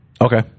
okay